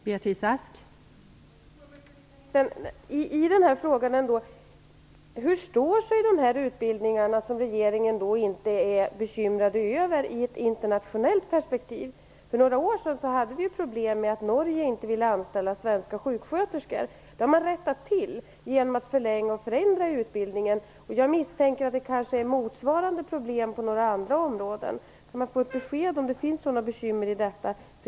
Fru talman! Jag måste då fråga utbildningsministern: Hur står sig de här utbildningarna, som regeringen alltså inte är bekymrad över, i ett internationellt perspektiv? För några år sedan hade vi problem med att Norge inte ville anställa svenska sjuksköterskor. Det har man rättat till genom att förlänga och förändra utbildningen. Jag misstänker att motsvarande problem kan finnas på andra områden. Kan man få ett besked om huruvida det finns sådana bekymmer?